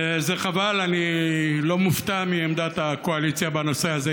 וזה חבל, אני לא מופתע מעמדת הקואליציה בנושא הזה.